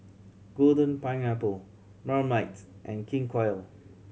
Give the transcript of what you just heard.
Golden Pineapple Marmite and King Koil